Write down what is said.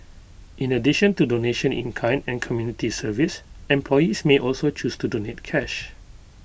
in addition to donation in kind and community service employees may also choose to donate cash